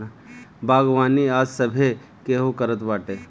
बागवानी आज सभे केहू करत बाटे